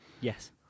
Yes